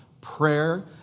prayer